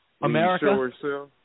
America